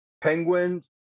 Penguins